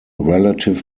relative